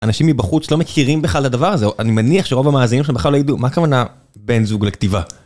אנשים מבחוץ לא מכירים בכלל הדבר הזה, אני מניח שרוב המאזינים שלנו בכלל לא ידעו, מה הכוונה בן-זוג לכתיבה?